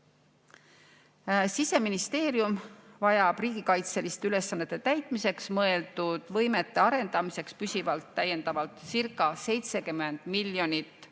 Siseministeerium vajab riigikaitseliste ülesannete täitmiseks mõeldud võimete arendamiseks täiendavaltcirca70 miljonit